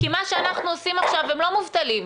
כי מה שאנחנו עושים עכשיו הם לא מובטלים,